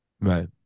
right